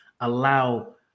allow